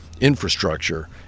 infrastructure